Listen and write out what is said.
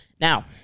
Now